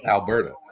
Alberta